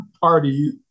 party